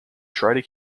try